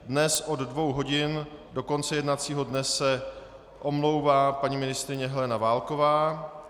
Dnes od dvou hodin do konce jednacího dne se omlouvá paní ministryně Helena Válková.